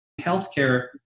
Healthcare